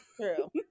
True